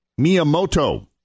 Miyamoto